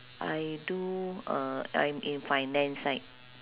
I do uh I'm in finance side